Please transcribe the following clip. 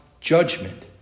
judgment